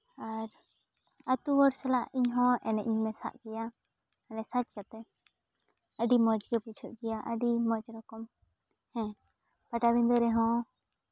ᱟᱨ ᱟᱹᱛᱩ ᱦᱚᱲ ᱥᱟᱞᱟᱜ ᱤᱧ ᱦᱚᱸ ᱮᱱᱮᱡ ᱤᱧ ᱢᱮᱥᱟᱜ ᱜᱮᱭᱟ ᱢᱟᱱᱮ ᱥᱟᱡᱽ ᱠᱟᱛᱮᱫ ᱟᱹᱰᱤ ᱢᱚᱡᱽᱜᱮ ᱵᱩᱡᱷᱟᱹᱜ ᱜᱮᱭᱟ ᱟᱹᱰᱤ ᱢᱚᱡᱽ ᱨᱚᱠᱚᱢ ᱦᱮᱸ ᱯᱟᱴᱟᱵᱤᱱᱰᱟᱹ ᱨᱮᱦᱚᱸ